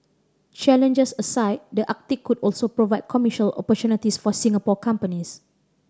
challenges aside the Arctic could also provide commercial opportunities for Singapore companies